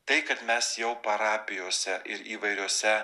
tai kad mes jau parapijose ir įvairiose